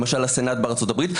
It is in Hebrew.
למשל הסנאט בארצות-הברית,